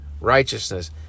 righteousness